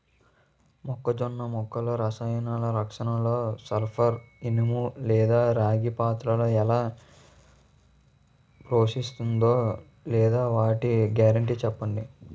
మొక్కజొన్న మొక్కల రసాయన రక్షణలో సల్పర్, ఇనుము లేదా రాగి పాత్ర ఎలా పోషిస్తుందో లేదా వాటి గ్యారంటీ చెప్పండి